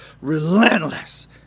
relentless